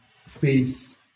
space